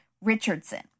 Richardson